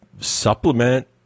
supplement